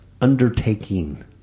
undertaking